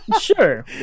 Sure